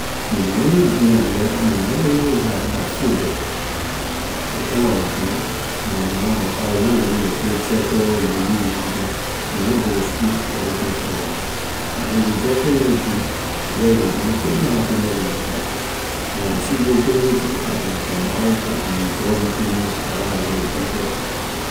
Ley main game I like in my whole life la football. ley time I wor born my ma my pa ley na leh me to play checker lulu nothing if I na go to school I go play football I can enjoy playing ley game because a can bring plenty happiness to my heart and when I see people play it too I can admire I can enjoy neh playing it la why I like ley game for.